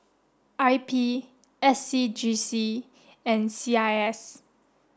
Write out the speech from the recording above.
I P S C G C and C I S